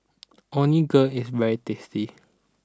Onigiri is very tasty